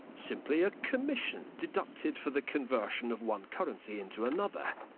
simply a commission deducted for the conversion of one currency into another.